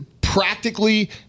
practically